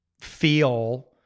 feel